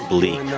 Bleak